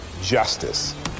justice